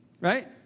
right